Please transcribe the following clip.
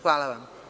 Hvala.